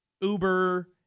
Uber